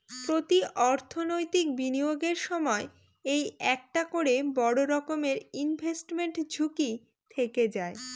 প্রতি অর্থনৈতিক বিনিয়োগের সময় এই একটা করে বড়ো রকমের ইনভেস্টমেন্ট ঝুঁকি থেকে যায়